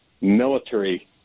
military